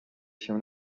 się